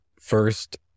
first